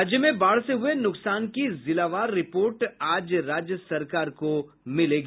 राज्य में बाढ़ से हुए नुकसान की जिलावार रिपोर्ट आज राज्य सरकार को मिलेगी